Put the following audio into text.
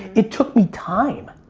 it took me time.